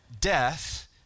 death